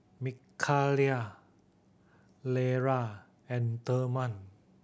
Mikayla Lera and Therman